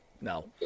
No